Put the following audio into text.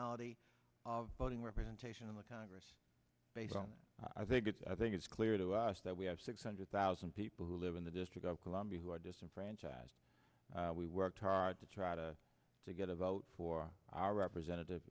ty of voting representation in the congress based on i think it's i think it's clear to us that we have six hundred thousand people who live in the district of columbia who are disenfranchised we worked hard to try to to get a vote for our representative